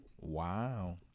Wow